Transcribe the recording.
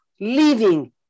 living